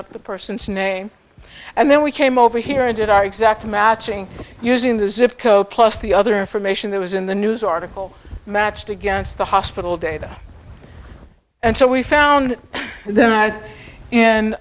up the person's name and then we came over here and did our exact matching using the zip code plus the other information that was in the news article matched against the hospital data and so we found that in a